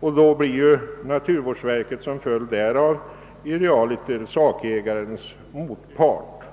I så fall blir naturvårdsverket realiter sakägarens motpart.